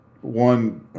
One